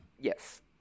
Yes